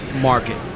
market